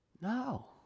No